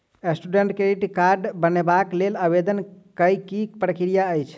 Student credit card बनेबाक लेल आवेदन केँ की प्रक्रिया छै?